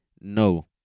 No